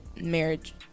marriage